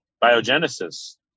biogenesis